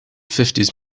fifties